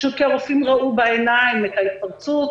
פשוט כי הרופאים ראו בעיניים את ההתפרצות.